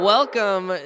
Welcome